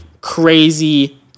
crazy